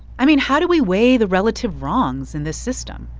i mean, how do we weigh the relative wrongs in this system?